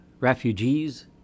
refugees